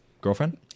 Girlfriend